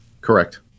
Correct